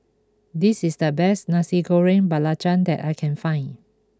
this is the best Nasi Goreng Belacan that I can find